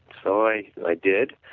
so i and i did,